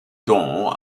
don